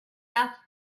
asked